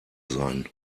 sein